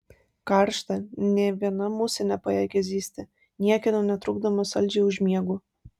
karšta nė viena musė nepajėgia zyzti niekieno netrukdomas saldžiai užmiegu